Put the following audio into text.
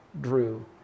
Drew